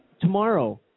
Tomorrow